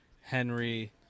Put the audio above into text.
Henry